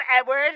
Edward